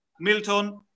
Milton